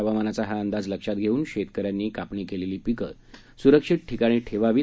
हवामानाचा हा अंदाज लक्षात घेऊन शेतकऱ्यांनी कापणी केलेली पिकं सुरक्षित ठिकाणी ठेवावीत